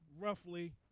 roughly